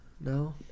No